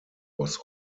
was